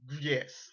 yes